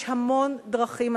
יש המון דרכים.